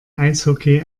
eishockey